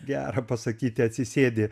gera pasakyti atsisėdi